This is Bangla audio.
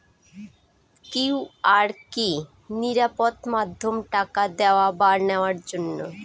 কিউ.আর কি নিরাপদ মাধ্যম টাকা দেওয়া বা নেওয়ার জন্য?